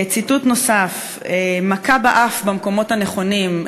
ציטוט נוסף: "מכה באף במקומות הנכונים".